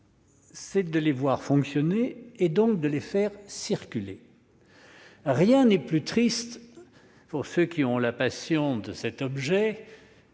c'est de les voir fonctionner et, donc, de les faire circuler. Rien n'est plus triste pour ceux qui sont passionnés par ces